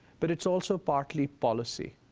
but it's also partly policy.